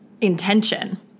intention